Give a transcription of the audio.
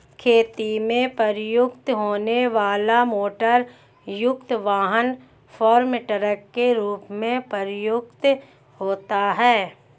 खेती में प्रयुक्त होने वाला मोटरयुक्त वाहन फार्म ट्रक के रूप में प्रयुक्त होता है